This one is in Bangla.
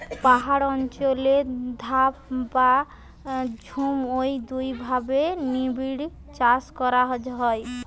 পাহাড় অঞ্চলে ধাপ আর ঝুম ঔ দুইভাবে নিবিড়চাষ করা হয়